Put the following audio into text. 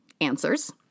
answers